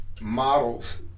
models